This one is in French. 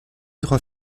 trois